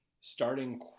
starting